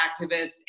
activists